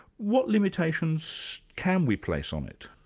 what limitations can we place on it?